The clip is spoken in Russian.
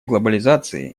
глобализации